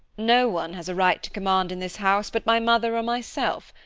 no one has a right to command in this house but my mother or myself.